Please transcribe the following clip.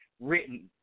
written